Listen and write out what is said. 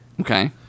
Okay